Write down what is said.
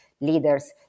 leaders